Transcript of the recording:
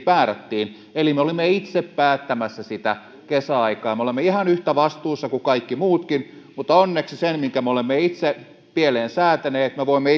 määrättiin eli me olimme itse päättämässä sitä kesäaikaa ja me olemme ihan yhtä vastuussa kuin kaikki muutkin mutta onneksi sen minkä me olemme itse pieleen säätäneet me voimme